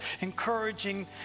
encouraging